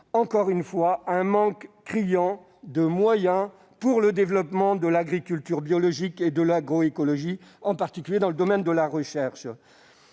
encore une fois, un manque criant de moyens pour le développement de l'agriculture biologique et de l'agroécologie, en particulier dans le domaine de la recherche.